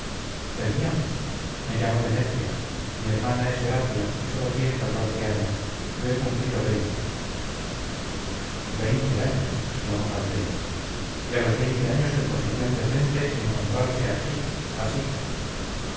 el mío me llamo demetria mi hermana es gracia y sólo tiene catorce años yo he cumplido veinte veinte años exclamó calpena y a los veinte años en posición decente encontrarse aquí así